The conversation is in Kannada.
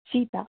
ಶೀತ